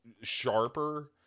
sharper